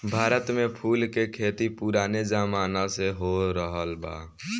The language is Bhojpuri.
भारत में फूल के खेती पुराने जमाना से होरहल बा